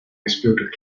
disputed